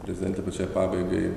prezidente pačiai pabaigai